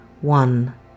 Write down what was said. one